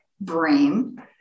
brain